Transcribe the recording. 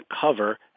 cover